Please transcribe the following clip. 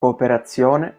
cooperazione